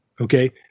okay